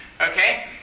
Okay